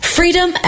Freedom